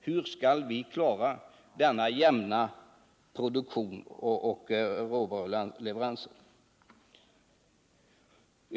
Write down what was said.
Hur skall vi då klara råvaruleveranserna och kunna ha en jämn produktion?